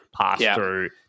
pass-through